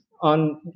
on